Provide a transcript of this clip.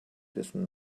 dessen